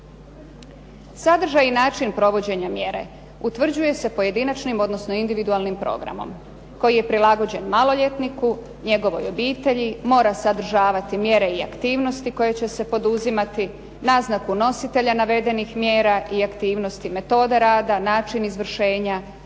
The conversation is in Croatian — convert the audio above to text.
Sadržaj i način provođenja mjere utvrđuje se pojedinačnim, odnosno individualnim programom koji je prilagođen maloljetniku, njegovoj obitelji, mora sadržavati mjere i aktivnosti koje će se poduzimati, naznaku nositelja navedenih mjera i aktivnosti, metoda rada, način izvršenja,